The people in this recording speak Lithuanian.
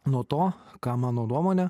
nuo to ką mano nuomone